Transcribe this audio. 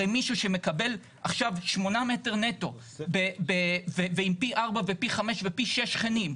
הרי מישהו שמקבל עכשיו 8 מטר נטו ועם פי 4 ופי 5 ופי 6 שכנים,